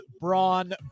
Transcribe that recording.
Braun